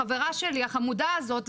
החברה שלי החמודה הזאת,